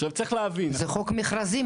עכשיו צריך להבין --- זה חוק מכרזים.